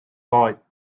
light